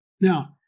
Now